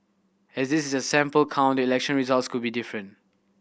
as this is a sample count the election result could be different